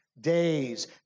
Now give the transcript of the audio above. days